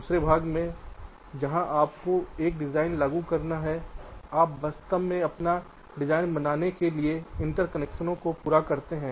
दूसरे भाग में जहां आपको एक डिज़ाइन लागू करना है आप वास्तव में अपने डिज़ाइन बनाने के लिए इंटरकनेक्शनों को पूरा करते हैं